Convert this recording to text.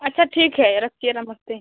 अच्छा ठीक है रखिए नमस्ते